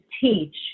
teach